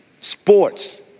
sports